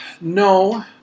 No